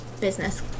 business